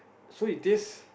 so it taste